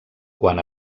quan